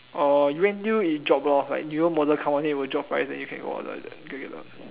orh you wait til it drop lor like newer model come out then it will drop price then you can go order